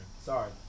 Sorry